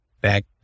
back